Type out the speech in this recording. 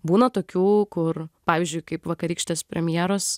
būna tokių kur pavyzdžiui kaip vakarykštės premjeros